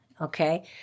Okay